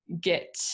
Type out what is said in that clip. get